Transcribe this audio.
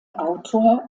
autor